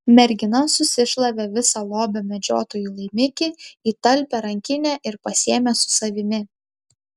mergina susišlavė visą lobio medžiotojų laimikį į talpią rankinę ir pasiėmė su savimi